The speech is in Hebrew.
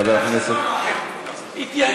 חבר הכנסת חזן, למקומך.